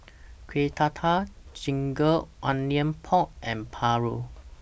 Kuih Dadar Ginger Onions Pork and Paru